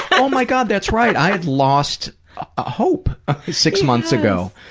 oh, my god, that's right. i had lost ah hope six months ago.